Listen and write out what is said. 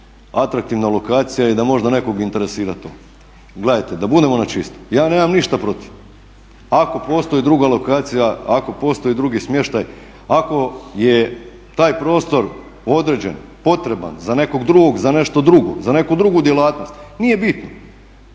atraktivna lokacija i da možda nekog interesira to. Gledajte da budemo na čisto, ja nemam ništa protiv, ako postoji druga lokacija, ako postoji drugi smještaj, ako je taj prostor određen, potreban za nekog drugog, za nešto drugo, za neku drugu djelatnost, nije bitno,